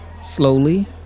slowly